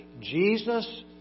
Jesus